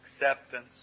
acceptance